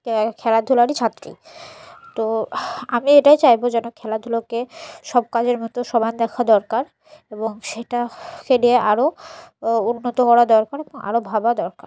খেলাধুলারই ছাত্রী তো আমি এটাই চাইবো যেন খেলাধুলোকে সব কাজের মতো সমান দেখা দরকার এবং সেটাকে নিয়ে আরও উন্নত করা দরকার এবং আরও ভাবা দরকার